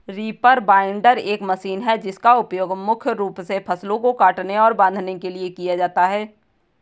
reaper binder एक machine है जिसका उपयोग मुख्य रूप से फसलों को काटने और बांधने के लिए किया जाता है